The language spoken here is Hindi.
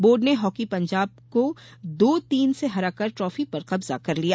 बोर्ड ने हॉकी पंजाब को दो तीन से हराकर ट्रॉफी पर कब्जा कर लिया